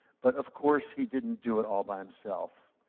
but of course, he didn't do it all by himself.